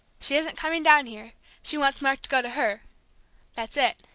she isn't coming down here she wants mark to go to her that's it,